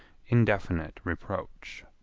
indefinite reproach.